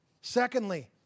Secondly